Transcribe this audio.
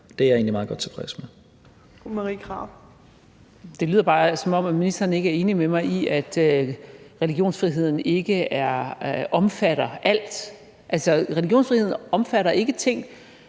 Krarup (DF): Det lyder bare, som om ministeren ikke er enig med mig i, at religionsfriheden ikke omfatter alt. Altså, religionsfriheden omfatter ikke ting,